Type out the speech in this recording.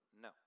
No